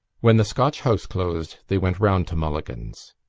when the scotch house closed they went round to mulligan's.